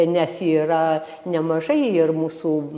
nes yra nemažai ir mūsų